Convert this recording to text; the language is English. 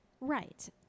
Right